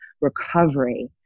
recovery